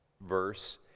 verse